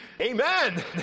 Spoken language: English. amen